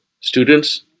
students